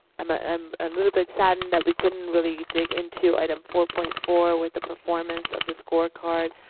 um ah um a little bit saddened that we couldn't really dig into item four point four with the performance of the scorecard.